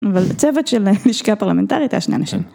אבל לצוות של לשכה פרלמנטרית, היה שני אנשים.